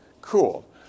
cool